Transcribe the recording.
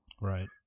Right